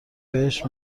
بهش